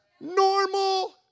normal